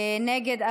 נגד,